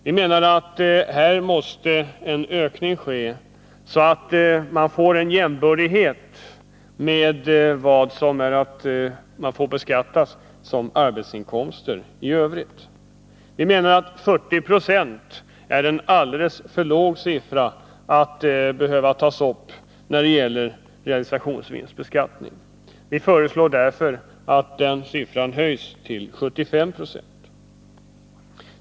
Vi menar att en ökning måste ske, så att dessa inkomster blir jämbördiga med arbetsinkomster. Vi menar att det är alldeles för litet att ta upp 40 926 av vinsten när det gäller realisationsvinstbeskattning. Vi föreslår därför att den siffran höjs till 15.